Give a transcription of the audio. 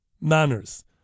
Manners